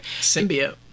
symbiote